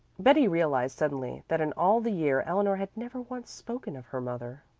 betty realized suddenly that in all the year eleanor had never once spoken of her mother.